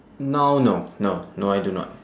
now no no no I do not